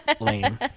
Lame